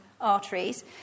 arteries